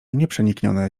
nieprzeniknione